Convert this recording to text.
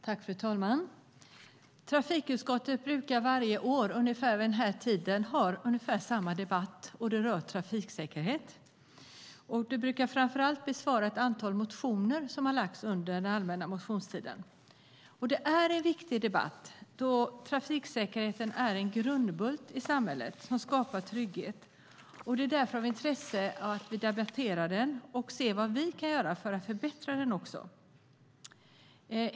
Fru talman! Ungefär vid den här tiden varje år brukar trafikutskottet ha en debatt om trafiksäkerhet då vi behandlar ett antal motioner från den allmänna motionstiden. Det är en viktig debatt eftersom trafiksäkerheten är en grundbult i samhället som skapar trygghet. Det är därför av intresse att vi debatterar den och ser vad vi kan göra för att förbättra den.